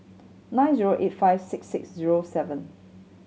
nine zero eight five six six zero seven